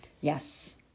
Yes